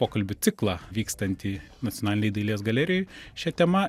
pokalbių ciklą vykstantį nacionalinėj dailės galerijoj šia tema